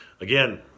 Again